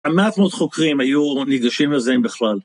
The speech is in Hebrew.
מעט מאוד חוקרים היו ניגשים לזה עם בכלל.